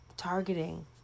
targeting